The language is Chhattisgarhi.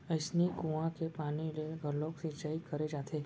अइसने कुँआ के पानी ले घलोक सिंचई करे जाथे